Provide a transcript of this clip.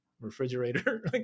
refrigerator